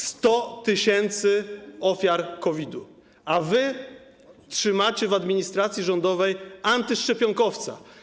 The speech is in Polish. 100 tys. ofiar COVID-u, a wy trzymacie w administracji rządowej antyszczepionkowca.